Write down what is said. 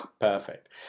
Perfect